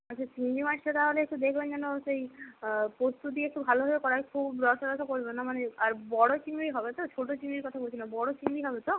আচ্ছা চিংড়ি মাছটা তাহলে একটু দেখবেন যেন সেই পোস্ত দিয়ে একটু ভালোভাবে করা হয় খুব রসা রসা করবেন না মানে আর বড় চিংড়ি হবে তো ছোটো চিংড়ির কথা বলছি না বড় চিংড়ি হবে তো